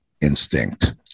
instinct